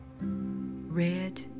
red